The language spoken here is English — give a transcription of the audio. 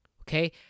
Okay